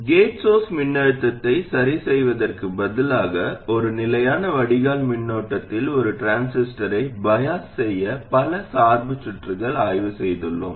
gate source மின்னழுத்தத்தை சரிசெய்வதற்குப் பதிலாக ஒரு நிலையான வடிகால் மின்னோட்டத்தில் ஒரு டிரான்சிஸ்டரைப் பயாஸ் செய்ய பல சார்பு சுற்றுகளை ஆய்வு செய்துள்ளோம்